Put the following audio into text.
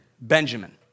Benjamin